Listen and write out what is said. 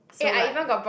so like